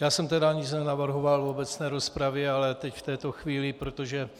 Já jsem nic nenavrhoval v obecné rozpravě, ale teď v této chvíli, protože